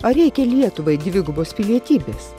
ar reikia lietuvai dvigubos pilietybės